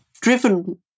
driven